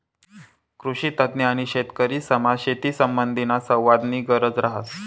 कृषीतज्ञ आणि शेतकरीसमा शेतीसंबंधीना संवादनी गरज रहास